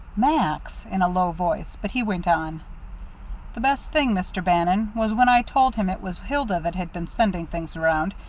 max, in a low voice, but he went on the best thing, mr. bannon, was when i told him it was hilda that had been sending things around.